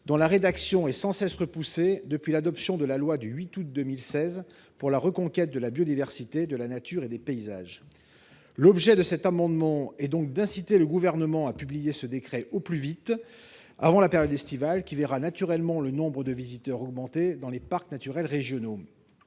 dont la rédaction est sans cesse repoussée depuis l'adoption de la loi du 8 août 2016 pour la reconquête de la biodiversité, de la nature et des paysages. L'objet de cet amendement est d'inciter le Gouvernement à publier ce décret au plus vite avant la période estivale, qui verra naturellement le nombre de visiteurs augmenter dans les parcs naturels régionaux.